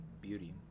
beauty